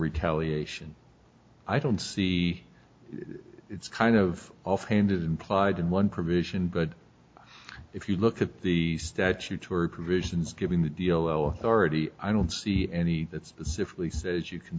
retaliation i don't see it's kind of off hand implied in one provision but if you look at the statutory provisions given the deal authority i don't see any that specifically says you can